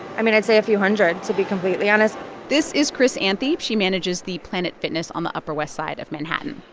i mean, i'd say a few hundred, to be completely honest this is chris anthy. she manages the planet fitness on the upper west side of manhattan.